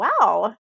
wow